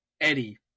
Eddie